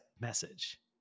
message